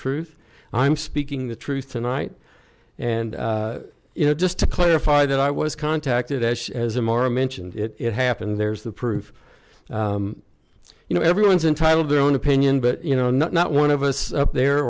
truth i'm speaking the truth tonight and you know just to clarify that i was contacted as as a more mentioned it happened there's the proof you know everyone's entitled their own opinion but you know not one of us up there